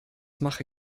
mache